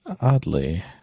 oddly